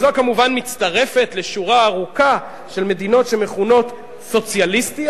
וזו כמובן מצטרפת לשורה ארוכה של מדינות שמכונות סוציאליסטיות,